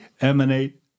emanate